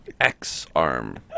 X-Arm